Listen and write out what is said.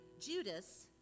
Judas